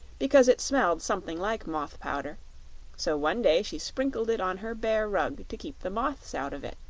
because it smelled something like moth-powder so one day she sprinkled it on her bear rug to keep the moths out of it.